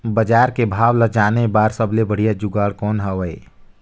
बजार के भाव ला जाने बार सबले बढ़िया जुगाड़ कौन हवय?